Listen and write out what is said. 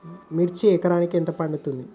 మిర్చి ఎకరానికి ఎంత పండుతది?